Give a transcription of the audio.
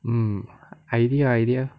mm idea idea